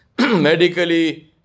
medically